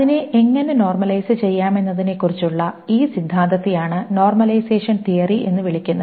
അതിനെ എങ്ങനെ നോർമലൈസ് ചെയ്യാമെന്നതിനെക്കുറിച്ചുള്ള ഈ സിദ്ധാന്തത്തെയാണ് നോർമലൈസേഷൻ തിയറി എന്ന് വിളിക്കുന്നത്